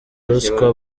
ruswa